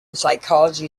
psychology